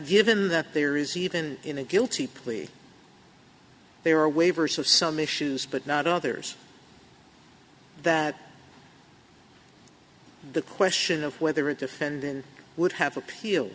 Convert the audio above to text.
given that there is even in a guilty plea they are waivers of some issues but not others that the question of whether a defendant would have appeal